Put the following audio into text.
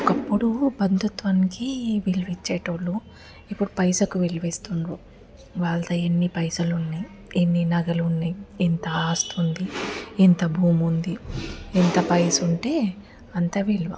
ఒకప్పుడు బంధుత్వంకి విలువిచ్చేటోళ్ళు ఇప్పుడు పైసాకు విలువిస్తున్నారు వాళ్ళతో ఎన్ని పైసలు ఉన్నయి ఎన్ని నగలు ఉన్నయి ఎంత ఆస్తుంది ఎంత భూమి ఉంది ఎంత పైసా ఉంటే అంత విలువ